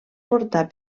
portar